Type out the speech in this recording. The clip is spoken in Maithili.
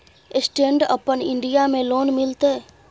स्टैंड अपन इन्डिया में लोन मिलते?